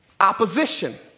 Opposition